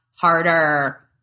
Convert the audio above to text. harder